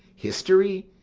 history,